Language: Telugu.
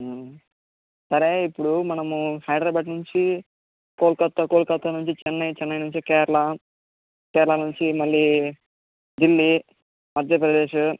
సరే ఇప్పుడు మనము హైదరాబాద్ నుంచి కోల్కతా కోల్కతా నుంచి చెన్నై చెన్నై నుంచి కేరళ కేరళ నుంచి మళ్ళీ ఢిల్లీ మధ్యప్రదేశు